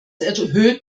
erhöht